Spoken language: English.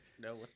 No